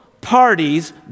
parties